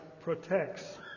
protects